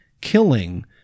killing